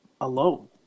alone